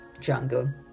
jungle